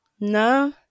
No